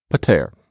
pater